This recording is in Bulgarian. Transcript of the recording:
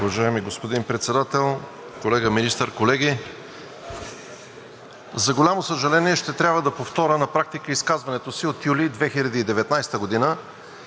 Уважаеми господин Председател, колега Министър, колеги! За голямо съжаление, ще трябва да повторя на практика изказването си от юли 2019 г.,